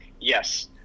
Yes